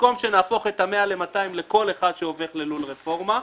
במקום שנהפוך את ה-100,000 ל-200,000 לכל אחד שהופך ללול רפורמה,